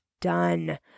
done